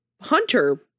hunter